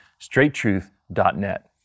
straighttruth.net